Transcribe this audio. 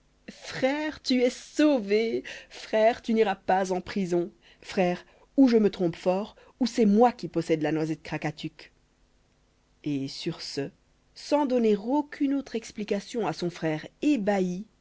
frère tu es sauvé frère tu n'iras pas en prison frère ou je me trompe fort ou c'est moi qui possède la noisette krakatuk et sur ce sans donner aucune autre explication à son frère ébahi